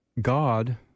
God